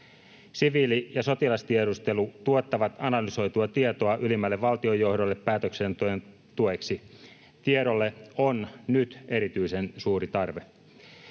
Siviili‑ ja sotilastiedustelu tuottavat analysoitua tietoa ylimmälle valtiojohdolle päätöksenteon tueksi. Tiedolle on nyt erityisen suuri tarve.